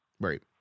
Right